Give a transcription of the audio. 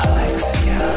Alexia